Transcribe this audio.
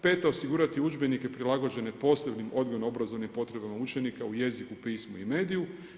Peta osigurati udžbenike prilagođene posebnim odgojno-obrazovni potrebama učenika u jeziku, pismu i mediju.